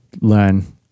learn